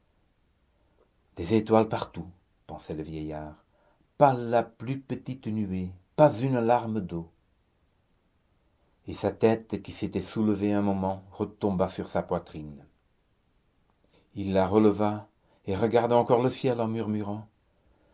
des étoiles partout pensait le vieillard pas la plus petite nuée pas une larme d'eau et sa tête qui s'était soulevée un moment retomba sur sa poitrine il la releva et regarda encore le ciel en murmurant